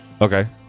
Okay